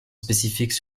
spécifique